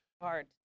Hard